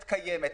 הנסיעה,